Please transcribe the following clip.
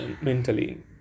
mentally